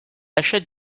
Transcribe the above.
achète